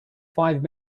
five